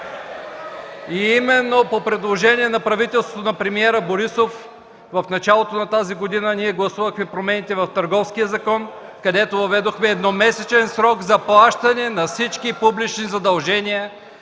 Именно по предложение на правителството на премиера Борисов в началото на тази година ние гласувахме промените в Търговския закон, където въведохме едномесечен срок за плащане на всички публични задължения,